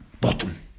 bottom